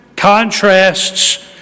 contrasts